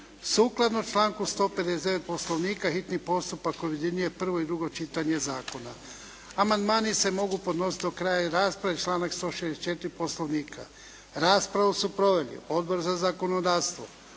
Sukladno članku 159. Poslovnika hitni postupak objedinjuje prvo i drugo čitanje zakona. Amandmani se mogu podnositi do kraja rasprave, članak 164. Poslovnika. Raspravu su proveli: Odbor za zakonodavstvo,